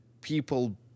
people